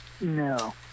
No